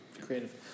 creative